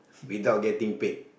without getting paid